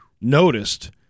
noticed